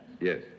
Yes